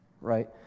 right